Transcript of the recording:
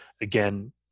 again